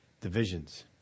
divisions